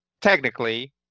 technically